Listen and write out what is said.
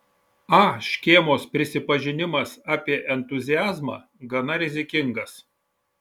a škėmos prisipažinimas apie entuziazmą gana rizikingas